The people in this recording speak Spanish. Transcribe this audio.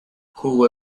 jugó